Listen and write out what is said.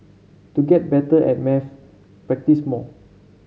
to get better at maths practise more